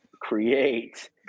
create